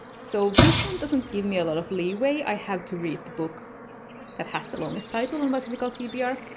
so this one doesn't give me a lot of leeway, i have to read the book that has the longest title on my physical tbr.